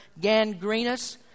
gangrenous